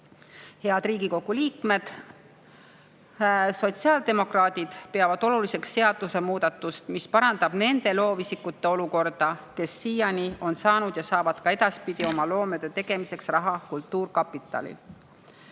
Head Riigikogu liikmed! Sotsiaaldemokraadid peavad oluliseks seadusemuudatust, mis parandab nende loovisikute olukorda, kes on seni saanud ja saavad ka edaspidi oma loometöö tegemiseks raha kultuurkapitalilt.